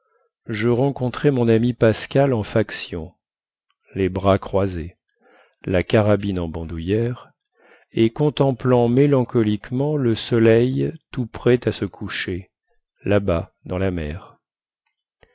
je rencontrai mon ami pascal en faction les bras croisés la carabine en bandoulière et contemplant mélancoliquement le soleil tout prêt à se coucher làbas dans la mer